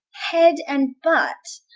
head and butt!